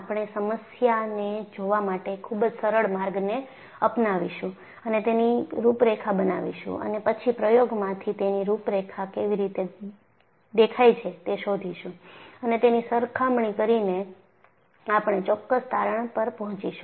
આપણે સમસ્યાને જોવા માટે ખૂબ જ સરળ માર્ગ ને અપનાવીશું અને તેની રૂપરેખા બનાવીશું અને પછી પ્રયોગમાંથી તેની રૂપરેખા કેવી દેખાય છે તે શોધીશું અને તેની સરખામણી કરીને આપણે ચોક્કસ તારણ પર પહોંચીશું